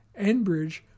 Enbridge